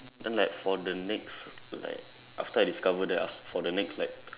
then like for the next like after I discover that for the next like